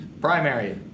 Primary